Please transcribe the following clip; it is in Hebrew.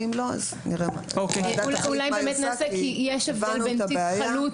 אולי ננסה כי יש הבדל בין תיק חלוט